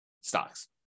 stocks